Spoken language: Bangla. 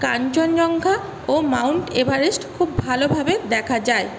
কাঞ্চনজঙ্ঘা ও মাউন্ট এভারেস্ট খুব ভালোভাবে দেখা যায়